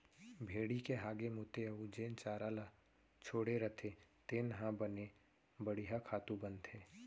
भेड़ी के हागे मूते अउ जेन चारा ल छोड़े रथें तेन ह बने बड़िहा खातू बनथे